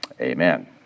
Amen